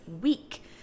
week